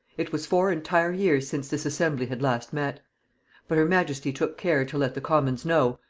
it was four entire years since this assembly had last met but her majesty took care to let the commons know,